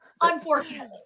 unfortunately